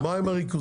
מה עם הריכוזיות?